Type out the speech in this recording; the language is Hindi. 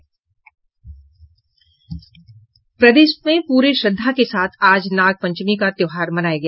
प्रदेश में पूरे श्रद्धा के साथ आज नागपंचमी का त्यौहार मनाया गया